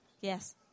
yes